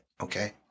okay